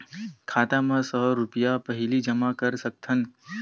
खाता मा सौ रुपिया पहिली जमा कर सकथन?